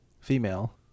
female